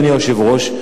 אדוני היושב-ראש,